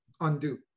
undo